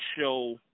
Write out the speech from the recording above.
show